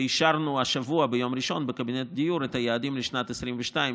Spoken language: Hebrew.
ואישרנו השבוע ביום ראשון בקבינט הדיור את היעדים לשנת 2022,